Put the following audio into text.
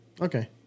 Okay